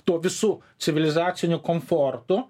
tuo visu civilizaciniu komfortu